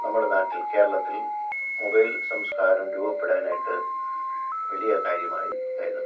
നമ്മുടെ നാട്ടില് കേരളത്തില് മൊബൈല് സംസ്കാരം രൂപപ്പെടാനായിട്ട് വലിയ കാര്യമായി അതായത്